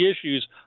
issues